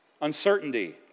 uncertainty